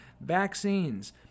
vaccines